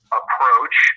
approach